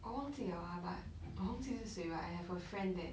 我忘记了啊我忘记是谁 but I have a friend that